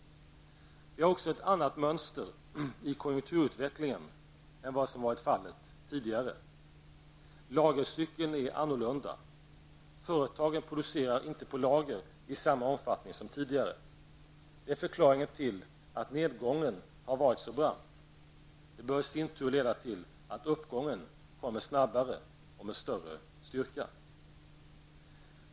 Vi har också ett annat mönster i konjunkturutvecklingen än vad som varit fallet tidigare. Lagercykeln är annorlunda. Företagen producerar inte för lager i samma omfattning som tidigare. Det är förklaringen till att nedgången har varit så brant. Det bör i sin tur leda till att uppgången kommer snabbare och med större styrka.